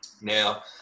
Now